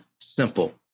simple